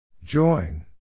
Join